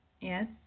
Yes